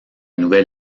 nouvel